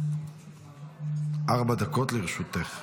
ארבע דקות לרשותך.